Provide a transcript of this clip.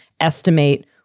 estimate